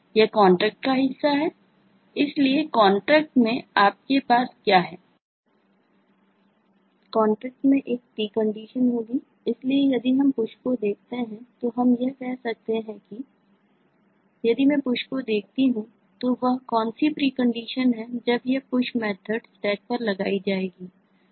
यह contract Stack पर लगाई जाएगी